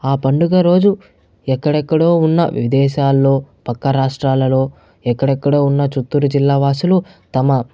ఆ పండుగ రోజు ఎక్కడెక్కడో ఉన్న విదేశాల్లో పక్క రాష్ట్రాలలో ఎక్కడెక్కడ ఉన్నా చిత్తూరు జిల్లా వాసులు తమ